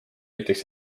näiteks